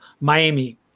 Miami